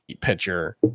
pitcher